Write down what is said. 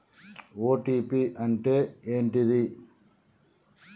OTP అంటే ఏంటిది?